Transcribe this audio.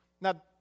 Now